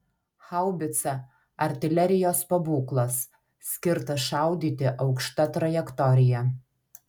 haubica artilerijos pabūklas skirtas šaudyti aukšta trajektorija